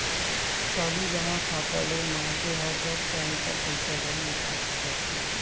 चालू जमा खाता ले मनखे ह जब चाही तब पइसा ल निकाल सकत हे